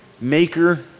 maker